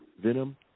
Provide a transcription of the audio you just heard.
Venom